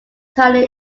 italian